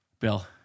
Bill